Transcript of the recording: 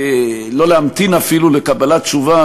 ולא להמתין אפילו לקבלת תשובה,